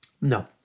No